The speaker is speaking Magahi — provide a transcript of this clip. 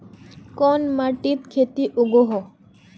कोन माटित खेती उगोहो?